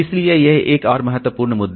इसलिए यह एक और बहुत महत्वपूर्ण मुद्दा है